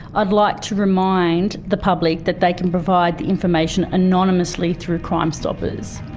i'd like to remind the public that they can provide the information anonymously through crime stoppers.